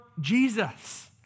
Jesus